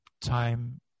time